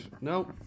No